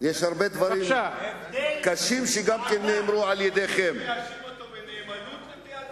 אתם רוצים להאשים אותו בנאמנות למדינת ישראל?